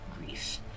grief